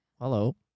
Hello